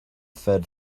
fed